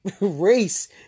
race